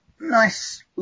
nice